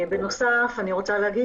בנוסף, אני רוצה להגיד